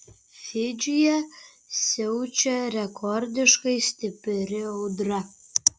fidžyje siaučia rekordiškai stipri audra